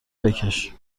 بکش